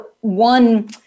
one